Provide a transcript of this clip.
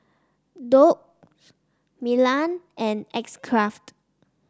Doux Milan and X Craft